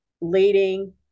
leading